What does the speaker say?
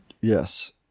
Yes